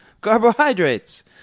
carbohydrates